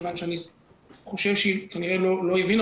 כי אני חושב שהיא כנראה לא הבינה,